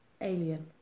Alien